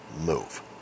move